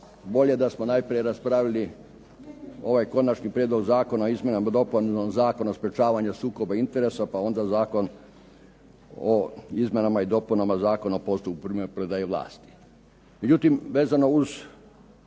bolje da smo najprije raspravili ovaj Konačni prijedlog zakona o izmjenama i dopunama Zakona o sprečavanju sukoba interesa pa onda Zakon o izmjenama i dopunama Zakona o postupku primopredaje vlasti.